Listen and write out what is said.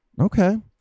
okay